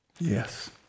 yes